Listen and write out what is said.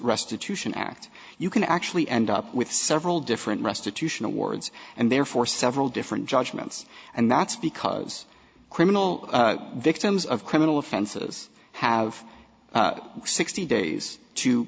restitution act you can actually end up with several different restitution awards and therefore several different judgments and that's because criminal victims of criminal offenses have sixty days to